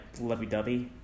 Lovey-dovey